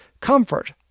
comfort